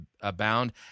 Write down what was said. abound